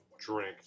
drink